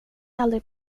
aldrig